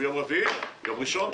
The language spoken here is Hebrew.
ביום ראשון הקרוב.